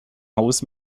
haus